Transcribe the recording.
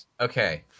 okay